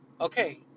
okay